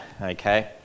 okay